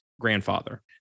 grandfather